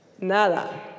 Nada